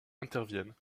interviennent